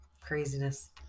Craziness